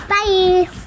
Bye